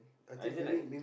I just like